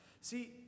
See